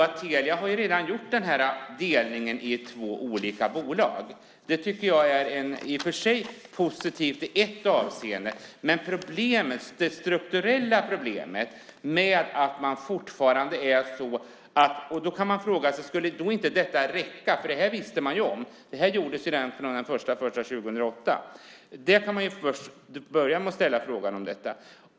Telia har redan gjort den här delningen i två olika bolag, och det tycker jag i och för sig är positivt i ett avseende. Då kan man fråga sig: Skulle inte detta räcka? Det här visste man ju om, för det gjordes den 1 januari 2008. Man kan börja med att ställa frågan om detta.